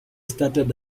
started